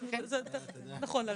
זה נכון ל-2022.